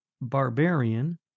Barbarian